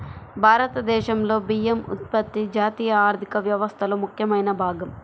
భారతదేశంలో బియ్యం ఉత్పత్తి జాతీయ ఆర్థిక వ్యవస్థలో ముఖ్యమైన భాగం